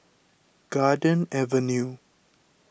Garden Avenue